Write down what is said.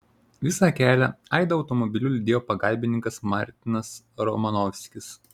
visą kelią aidą automobiliu lydėjo pagalbininkas martinas romanovskis